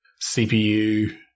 CPU